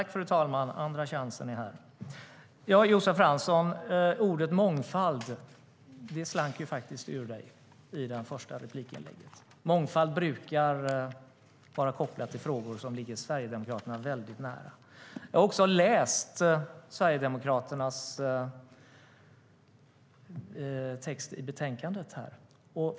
Fru talman! Andra chansen är här. Ja, Josef Fransson, ordet mångfald slank faktiskt ur dig i den första repliken. Mångfald brukar vara kopplat till frågor som ligger Sverigedemokraterna väldigt nära. Jag har också läst er text i betänkandet.